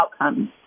outcomes